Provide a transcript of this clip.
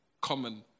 common